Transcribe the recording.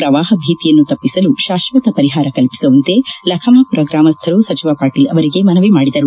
ಪ್ರವಾಹ ಭೀತಿಯನ್ನು ತಪ್ಪಿಸಲು ಶಾಶ್ವತ ಪರಿಹಾರ ಕಲ್ಸಿಸುವಂತೆ ಲಖಮಾಪೂರ ಗ್ರಾಮಸ್ಥರು ಸಚಿವ ಪಾಟೀಲ್ ಅವರಿಗೆ ಮನವಿ ಮಾಡಿದರು